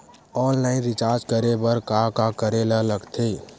Online recharge करे बर का का करे ल लगथे?